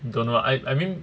don't know ah I I mean